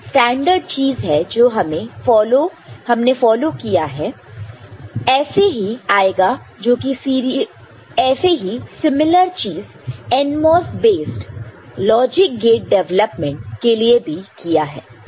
तो यह स्टैंडर्ड चीज है जो हमने फॉलो किया है ऐसा ही सिमिलर चीज NMOS based logic gate development के लिए भी किया है